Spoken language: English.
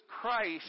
Christ